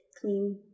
clean